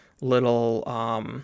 little